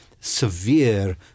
severe